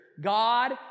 God